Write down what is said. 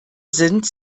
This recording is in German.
sind